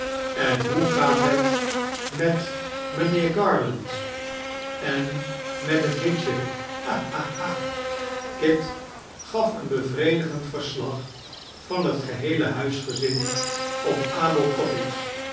en hoe gaat het met mijnheer garland en met het hitje ha ha ha kit gaf een bevredigend verslag van het geheele huisgezin op